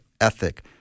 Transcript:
ethic